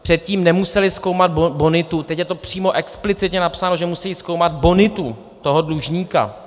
Předtím nemuseli zkoumat bonitu, teď je to přímo explicitně napsáno, že musejí zkoumat bonitu toho dlužníka.